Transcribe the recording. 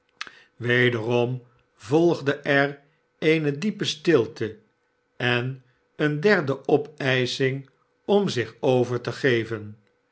wederom volgde er eene diepe stilte en eene derde opeisching om zich over te geven